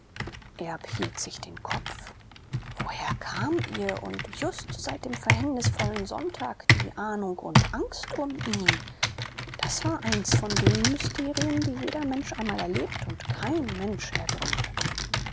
erb hielt sich den kopf woher kam ihr und just seit dem verhängnisvollen sonntag die ahnung und angst um ihn das war eins von den mysterien die jeder mensch mal erlebt und kein mensch ergründet